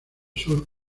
sur